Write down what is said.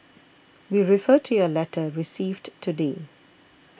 we refer to your letter received today